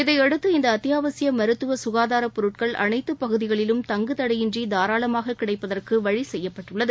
இதையடுத்து இந்த அத்தியாவசிய மருத்துவ சுகாதாரப் பொருட்கள் அனைத்து பகுதிகளிலும் தங்குதடையின்றி தாராளமாகக் கிடைப்பதற்கு வழி செய்யப்பட்டுள்ளது